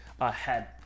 ahead